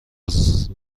زیر